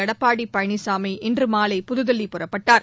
எடப்பாடி பழனிசாமி இன்று மாலை புதுதில்லி புறப்பட்டார்